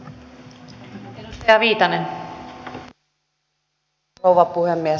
arvoisa rouva puhemies